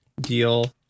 deal